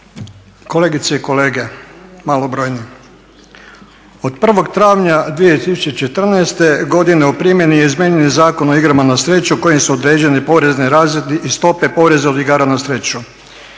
Kolegice i kolege malobrojni. Od 01. travnja 2014. godine u primjeni je izmijenjeni Zakon o igrama na sreću kojim su određeni porezni razredi i stope poreza od igara na sreću.